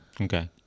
Okay